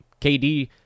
KD